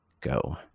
go